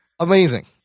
Amazing